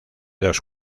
dos